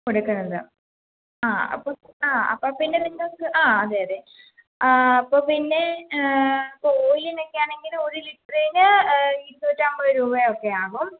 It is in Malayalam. കൊടുക്കുന്നത് ആ അപ്പോൾ ആ അപ്പപ്പിന്നെ നിങ്ങൾക്ക് ആ അതെ അതെ ആ അപ്പപ്പിന്നെ ഓയിലിനക്കെ ആണെങ്കിൽ ഒരു ലിറ്ററിന് ഇരുന്നൂറ്റൻപത് രൂപായൊക്കെ ആകും